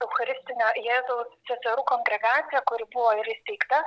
eucharistinio jėzaus seserų kongregaciją kuri buvo ir įsteigta